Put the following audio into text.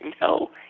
No